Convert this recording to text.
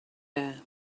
air